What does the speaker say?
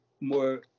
more